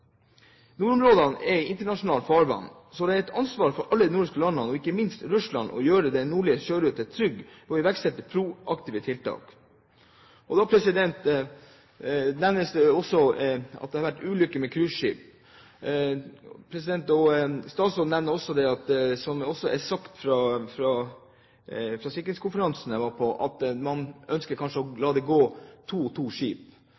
Nordområdene er internasjonalt farvann, så det er et ansvar for alle de nordiske landene og ikke minst for Russland å gjøre den nordlige sjørute trygg og iverksette proaktive tiltak, som overvåkning. Det kan også nevnes at det har vært ulykker med cruiseskip, og statsråden nevnte også, som det også ble sagt på sikkerhetskonferansen jeg var på, at man av sikkerhetshensyn ønsker at skipene skal gå to og to. For det er klart at hvis et skip